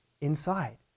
inside